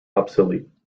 obsolete